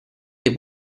dei